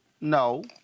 No